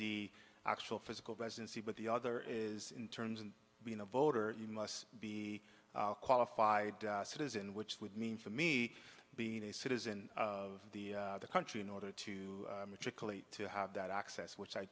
the actual physical residency but the other is in terms of being a voter you must be qualified citizen which would mean for me being a citizen of the country in order to matriculate to have that access which i